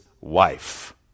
wife